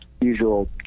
usual